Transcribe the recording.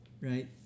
right